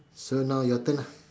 so now your turn lah